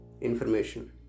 information